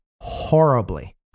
horribly